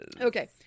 Okay